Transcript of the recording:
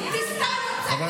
למה שם אין